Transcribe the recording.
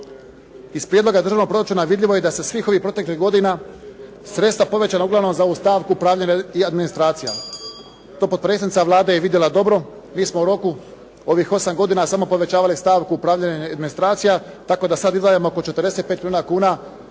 Iz prijedloga državnog proračuna vidljivo je da se svih ovih proteklih godina sredstva uglavnom povećala za ovu stavku upravljanje i administracija. To potpredsjednica Vlade je vidjela dobro. Mi smo u roku ovih 8 godina samo povećavali stavku upravljanja i administracija, tako da sada izdajemo oko 45 milijuna kuna